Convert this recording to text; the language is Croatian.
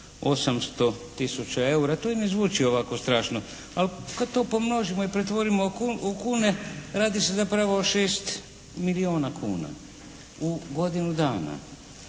800 tisuća eura. To i ne zvuči ovako strašno, ali kad to pomnožimo i pretvorimo u kune radi se zapravo o 6 milijuna kuna u godinu dana.